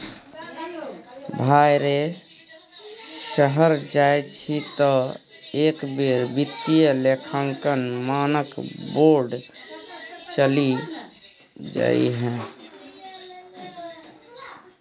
भाय रे शहर जाय छी तँ एक बेर वित्तीय लेखांकन मानक बोर्ड चलि जइहै